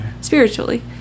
spiritually